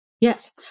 Yes